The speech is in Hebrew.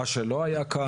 מה שלא היה כאן.